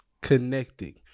Connecting